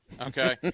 okay